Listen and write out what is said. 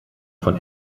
von